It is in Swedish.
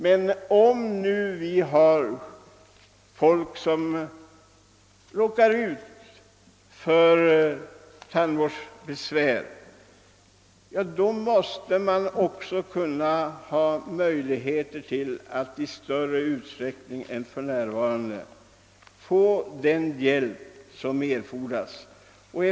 De människor som råkar ut för tandbesvär måste emellertid också ha möjlighet att i större utsträckning än för närvarande få den hjälp som erfordras.